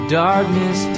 darkness